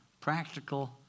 practical